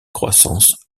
croissance